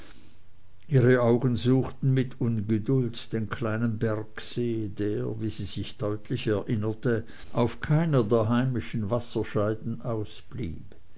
ihre augen suchten mit ungeduld den kleinen bergsee der wie sie sich deutlich erinnerte auf keiner der heimischen wasserscheiden ausblieb